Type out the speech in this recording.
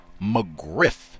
McGriff